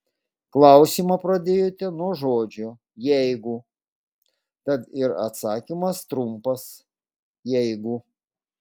klausimą pradėjote nuo žodžio jeigu tad ir atsakymas trumpas jeigu